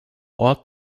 ort